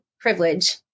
privilege